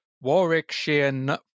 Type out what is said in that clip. Warwickshire